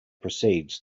proceeds